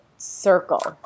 circle